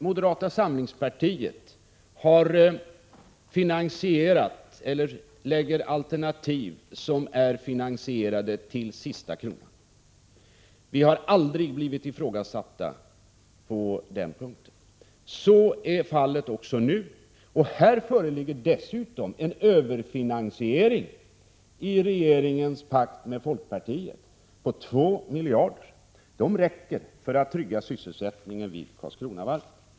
Moderata samlingspartiet redovisar alternativ som är finansierade till sista kronan. Våra förslag har aldrig ifrågasatts på den punkten. Så är fallet också nu. Det föreligger dessutom en överfinansiering i regeringens pakt med folkpartiet på 2 miljarder kronor. Dessa pengar räcker för att trygga sysselsättningen vid Karlskronavarvet.